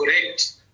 correct